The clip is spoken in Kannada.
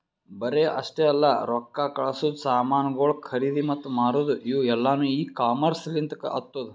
ಬರೇ ಅಷ್ಟೆ ಅಲ್ಲಾ ರೊಕ್ಕಾ ಕಳಸದು, ಸಾಮನುಗೊಳ್ ಖರದಿ ಮತ್ತ ಮಾರದು ಇವು ಎಲ್ಲಾನು ಇ ಕಾಮರ್ಸ್ ಲಿಂತ್ ಆತ್ತುದ